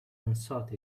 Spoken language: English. unsought